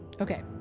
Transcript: Okay